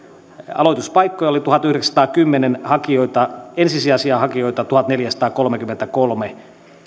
aloituspaikkoja oli tuhatyhdeksänsataakymmentä ja ensisijaisia hakijoita tuhatneljäsataakolmekymmentäkolme